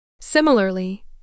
Similarly